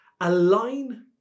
Align